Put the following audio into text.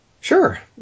Sure